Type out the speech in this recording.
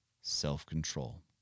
self-control